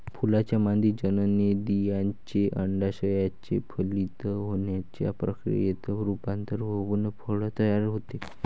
फुलाच्या मादी जननेंद्रियाचे, अंडाशयाचे फलित होण्याच्या प्रक्रियेत रूपांतर होऊन फळ तयार होते